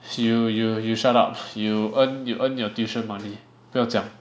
you you you shut up you earn you earn your tuition money 不要讲